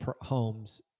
homes